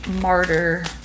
martyr